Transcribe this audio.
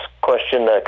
question